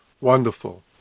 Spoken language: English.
Wonderful